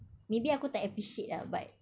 maybe aku tak appreciate ah but